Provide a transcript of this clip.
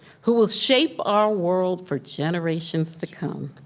who will shape our world for generations to come.